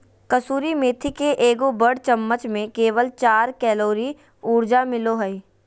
कसूरी मेथी के एगो बड़ चम्मच में केवल चार कैलोरी ऊर्जा मिलो हइ